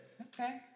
Okay